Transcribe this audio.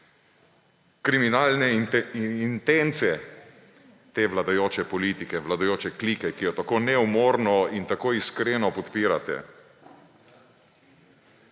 kriminalne intence te vladajoče politike, vladajoče klike, ki jo tako neumorno in tako iskreno podpirate.